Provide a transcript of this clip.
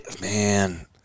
Man